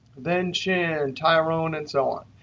then chin, and tyrone, and so on.